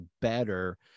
better